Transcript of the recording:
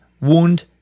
wound